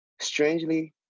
Strangely